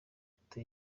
ifoto